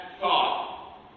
thought